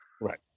Right